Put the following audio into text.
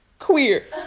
queer